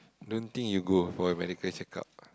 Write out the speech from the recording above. don't think you'll go for medical checkup